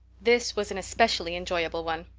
this was an especially enjoyable one.